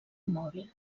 mòbil